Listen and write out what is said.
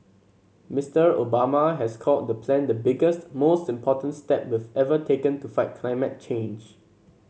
Mister Obama has called the plan the biggest most important step we've ever taken to fight climate change